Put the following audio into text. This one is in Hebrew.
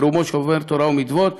רובו שומר תורה ומצוות,